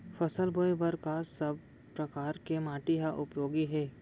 फसल बोए बर का सब परकार के माटी हा उपयोगी हे?